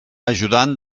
ajudant